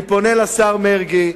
אני פונה אל השר מרגי,